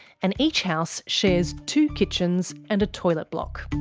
and each house shares two kitchens and a toilet block.